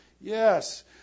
yes